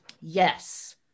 yes